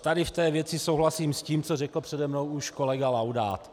Tady v té věci souhlasím s tím, co řekl přede mnou už kolega Laudát.